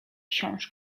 książ